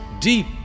deep